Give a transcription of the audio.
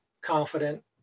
confident